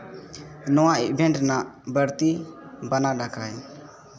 ᱱᱚᱣᱟ ᱤᱵᱷᱮᱱᱴ ᱨᱮᱱᱟᱜ ᱵᱟᱹᱲᱛᱤ ᱵᱟᱱᱟᱰᱟᱠᱟᱭ